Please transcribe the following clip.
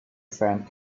sand